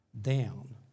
down